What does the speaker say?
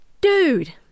Dude